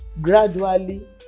gradually